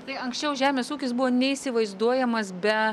tai anksčiau žemės ūkis buvo neįsivaizduojamas be